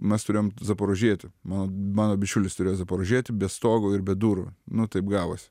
mes turėjom zaporožietį mano mano bičiulis turėjo zaporožietį be stogo ir be durų nu taip gavosi